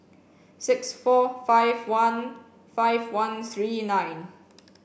six four five one five one three nine